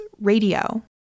Radio